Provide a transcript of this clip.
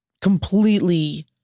completely